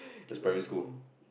the killers were dumb